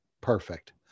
Perfect